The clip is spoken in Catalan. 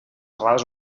errades